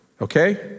okay